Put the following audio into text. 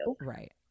right